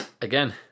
Again